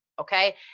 okay